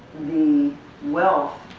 the wealth